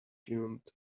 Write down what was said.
tuned